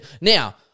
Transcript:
Now